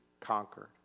conquered